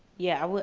yeah,